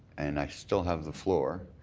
and i still have the floor,